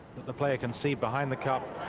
the player can see behind the cup.